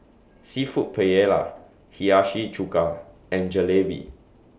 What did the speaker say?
Seafood Paella Hiyashi Chuka and Jalebi